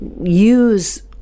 use –